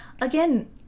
again